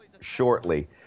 shortly